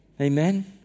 Amen